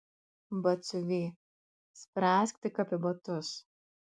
batsiuvy spręsk tik apie batus